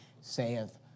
saith